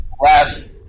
last